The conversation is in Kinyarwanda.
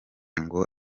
ngo